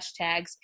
hashtags